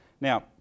Now